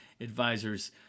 advisors